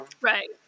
Right